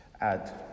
add